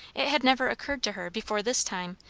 it had never occurred to her, before this time,